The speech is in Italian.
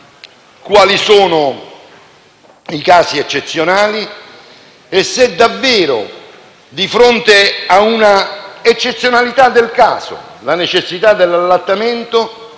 quali siano i casi eccezionali e se davvero, di fronte a una eccezionalità del caso, la necessità dell'allattamento